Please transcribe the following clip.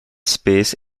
space